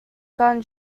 gun